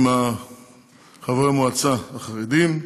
עם חברי המועצה החרדים.